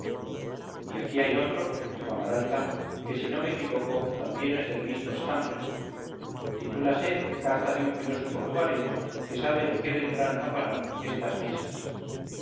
y aquí hay otro dijo amaranta que si no me equivoco también es del mismo estambre titúlase carta de un filósofo lugareño que sabe en qué vendrán a parar estas misas